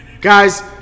Guys